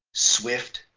swift,